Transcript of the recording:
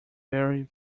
very